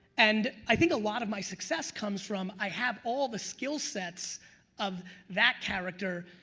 and i think a lot of my success comes from i have all the skill sets of that character,